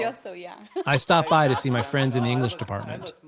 yeah so yeah i stop by to see my friends in the english department,